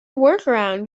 workaround